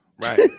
right